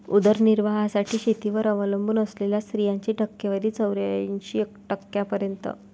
उदरनिर्वाहासाठी शेतीवर अवलंबून असलेल्या स्त्रियांची टक्केवारी चौऱ्याऐंशी टक्क्यांपर्यंत